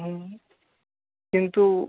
হুম কিন্তু